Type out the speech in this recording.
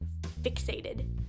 fixated